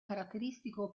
caratteristico